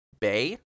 Bay